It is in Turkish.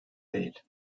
değil